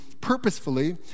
purposefully